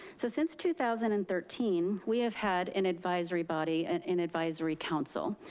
so since two thousand and thirteen, we have had an advisory body and an advisory council.